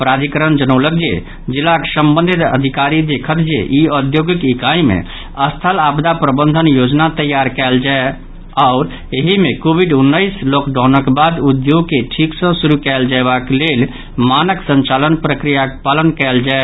प्राधिकरण जनौलक जे जिलाक संबंधित अधिकारी देखत जे ई औद्योगिक इकाई मे स्थल आपदा प्रबंधन योजना तैयार कयल जाय आओर एहि मे कोविड उन्नैस लॉकडाउनक बाद उद्योग के ठीक सँ शुरू कयल जयबाक लेल मानक संचालन प्रक्रियाक पालन कयल जाय